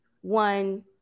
one